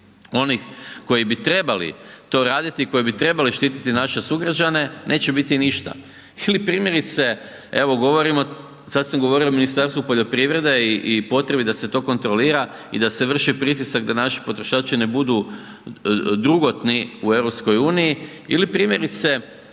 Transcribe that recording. onih koji bi trebali to raditi i koji bi trebali štititi naše sugrađane neće biti ništa. Ili primjerice evo govorimo, sad sam govorio o Ministarstvu poljoprivrede i potrebi da se to kontrolira da se vrši pritisak da naši potrošači ne budu drugotni u EU ili primjerice